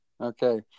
Okay